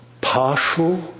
partial